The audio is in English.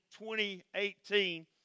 2018